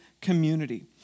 community